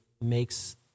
makes